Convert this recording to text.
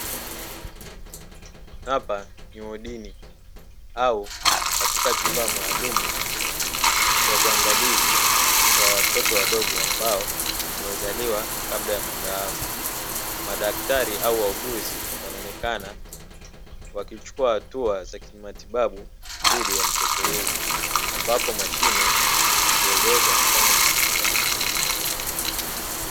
Hapa ni wodini au katika chumba maalumu cha uangalizi wa watoto wadogo ambao wamezaliwa kabla ya muda wao, madaktari au wauguzi wanaonekana wakichukua hatua za kimatibabu dhidi ya mtoto huyu ambapo mashine huwezesha kufanya shughuli zao.